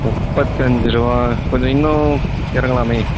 முப்பத்தஞ்சு ரூபா கொஞ்சம் இன்னும் இறங்கலாமே